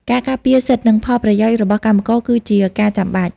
ការការពារសិទ្ធិនិងផលប្រយោជន៍របស់កម្មករគឺជាការចាំបាច់។